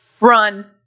run